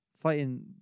fighting